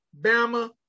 Bama